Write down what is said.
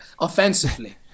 offensively